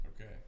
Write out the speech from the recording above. Okay